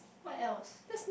what else